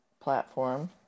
platform